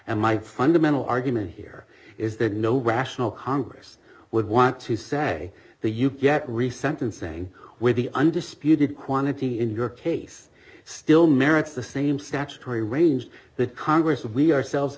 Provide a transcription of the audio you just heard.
and my fundamental argument here is that no rational congress would want to say the you get reception saying we're the undisputed quantity in your case still merits the same statutory range that congress we ourselves